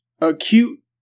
acute